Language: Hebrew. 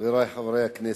חברי חברי הכנסת,